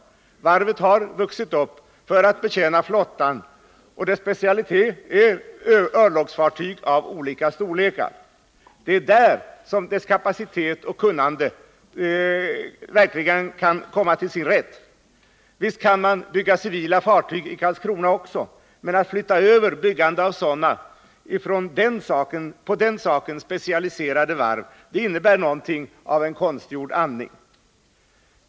Varvet har vuxit upp för att betjäna flottan, och dess specialitet är örlogsfartyg av olika storlekar. Där kan dess kapacitet och kunnande verkligen komma till sin rätt. 137 Visst kan man bygga också civila fartyg i Karlskrona, men att flytta över byggandet av sådana från på den saken specialiserade varv innebär något av konstgjord andning.